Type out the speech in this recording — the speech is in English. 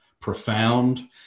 profound